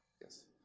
yes